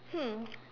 hmm